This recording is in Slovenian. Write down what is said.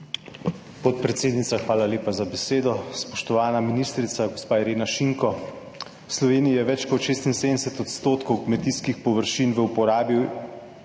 Podpredsednica, hvala lepa za besedo. Spoštovana ministrica, gospa Irena Šinko! V Sloveniji je več kot 76 % kmetijskih površin v uporabi